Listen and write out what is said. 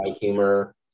humor